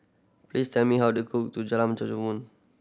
please tell me how to cook